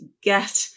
get